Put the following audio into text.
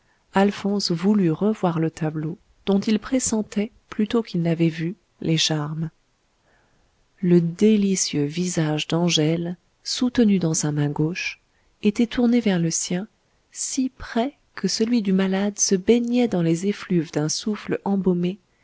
alphonse voulut revoir le tableau dont il pressentait plutôt qu'il n'avait vu les charmes le délicieux visage d'angèle soutenu dans sa main gauche était tourné vers le sien si près que celui du malade se baignait dans les effluves d'un souffle embaumé